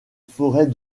forêts